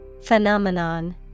Phenomenon